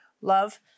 love